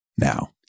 Now